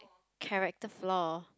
character flaw